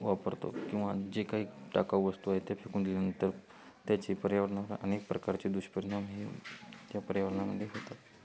वापरतो किंवा जे काही टाकाऊ वस्तू आहेत त्या फेकून दिल्यानंतर त्याची पर्यावरणामध्ये अनेक प्रकाराचे दुष्परिणाम हे त्या पर्यावरणामध्ये होतात